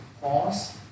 pause